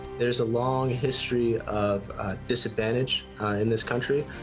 there's a long history of disadvantage in this country.